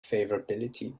favorability